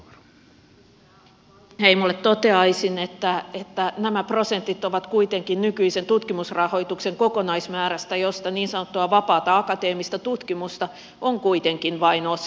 edustaja wallinheimolle toteaisin että nämä prosentit ovat kuitenkin nykyisen tutkimusrahoituksen kokonaismäärästä josta niin sanottua vapaata akateemista tutkimusta on kuitenkin vain osa